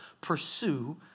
pursue